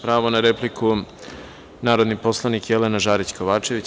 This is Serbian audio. Pravo na repliku, narodni poslanik Jelena Žarić Kovačević.